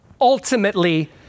ultimately